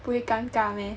不会尴尬 meh